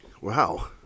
Wow